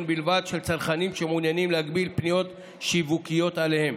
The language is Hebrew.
בלבד של צרכנים שמעוניינים להגביל פניות שיווקיות אליהם.